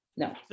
No